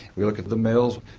we look at the males,